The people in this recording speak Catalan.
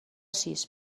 sis